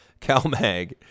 Calmag